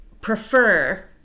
prefer